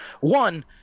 one